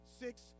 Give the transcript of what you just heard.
six